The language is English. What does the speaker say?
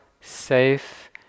safe